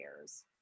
years